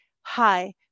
Hi